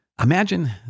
Imagine